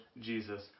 Jesus